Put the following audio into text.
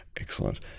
Excellent